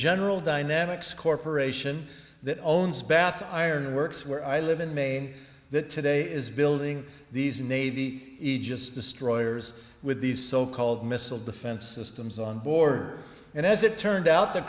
general dynamics corporation that owns bath iron works where i live in maine that today is building these navy aegis destroyers with these so called missile defense systems on board and as it turned out the